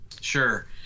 Sure